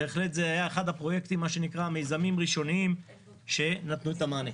זה בהחלט היה אחד הפרויקטים שנתנו את המענה.